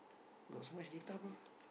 got so much data bro